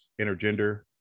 intergender